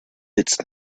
its